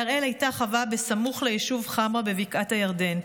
להראל הייתה חווה סמוך ליישוב חמרה בבקעת הירדן.